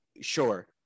sure